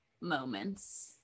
moments